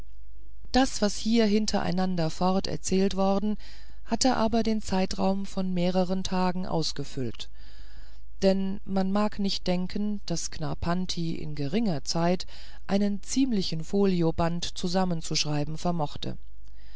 das was hier hintereinander fort erzählt worden hatte aber den zeitraum von mehreren tagen ausgefüllt denn man mag nicht denken daß knarrpanti in geringer zeit einen ziemlichen folioband zusammenzuschreiben vermochte